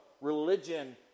religion